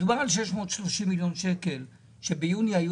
מדובר ב-630 מיליון שקל שביוני היו